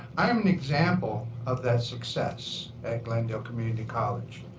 i am an example of that success at glendale community college.